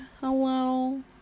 Hello